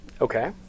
Okay